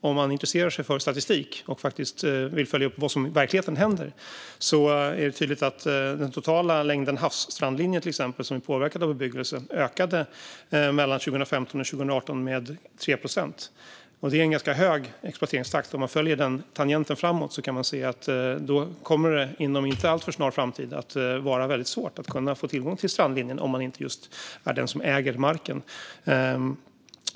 Om man intresserar sig för statistik och faktiskt vill följa upp vad som i verkligheten händer är det i stället tydligt att den totala längden havsstrandlinje som påverkas av bebyggelse mellan 2015 och 2018 ökade med 3 procent. Det är en ganska hög exploateringstakt. Om man följer den tangenten framåt kan man se att det inom en inte alltför avlägsen framtid kommer att vara väldigt svårt att få tillgång till strandlinjen om man inte är den som äger marken.